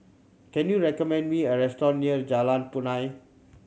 can you recommend me a restaurant near Jalan Punai